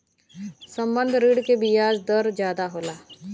संबंद्ध ऋण के बियाज दर जादा होला